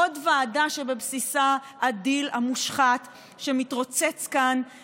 עוד ועדה שבבסיסה הדיל המושחת שמתרוצץ כאן